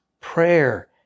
prayer